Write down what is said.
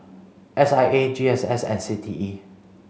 S I A G S S and C T E